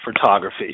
photography